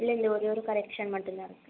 இல்லை இந்த ஒரே ஒரு கரெக்ஷன் மட்டும் தான் இருக்கு